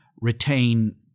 retain